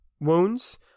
wounds